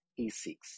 e6